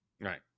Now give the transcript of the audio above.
Right